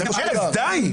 ארז, די.